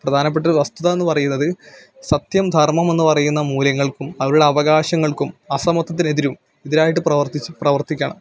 പ്രധാനപ്പെട്ടൊരു വസ്തുത എന്ന് പറയുന്നത് സത്യം ധര്മമെന്ന് പറയുന്ന മൂല്യങ്ങള്ക്കും അവരുടെ അവകാശങ്ങള്ക്കും അസമത്വത്തിനെതിരും എതിരായിട്ട് പ്രവര്ത്തിച്ച് പ്രവര്ത്തിക്കണം